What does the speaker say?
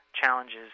challenges